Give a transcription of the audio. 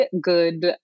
good